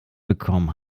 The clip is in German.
bekommen